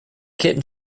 kitten